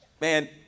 man